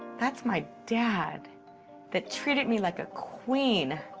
that's my dad that treated me like a queen,